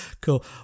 Cool